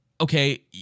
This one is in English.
okay